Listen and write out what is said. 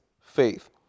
faith